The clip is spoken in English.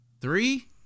three